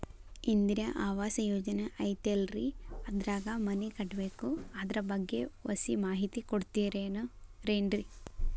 ಇಂದಿರಾ ಆವಾಸ ಯೋಜನೆ ಐತೇಲ್ರಿ ಅದ್ರಾಗ ಮನಿ ಕಟ್ಬೇಕು ಅದರ ಬಗ್ಗೆ ಒಸಿ ಮಾಹಿತಿ ಕೊಡ್ತೇರೆನ್ರಿ?